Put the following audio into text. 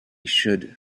should